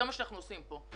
זה מה שאנחנו עושים פה.